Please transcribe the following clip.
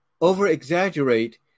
over-exaggerate